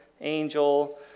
angel